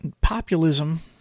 Populism